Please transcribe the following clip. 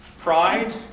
pride